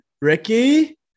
Ricky